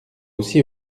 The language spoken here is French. aussi